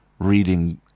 reading